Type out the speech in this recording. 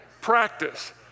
practice